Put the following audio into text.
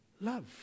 love